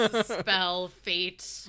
spell-fate